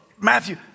Matthew